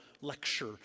lecture